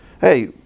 Hey